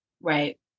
Right